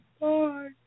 Bye